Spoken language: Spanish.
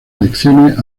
elecciones